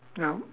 no